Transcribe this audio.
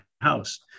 house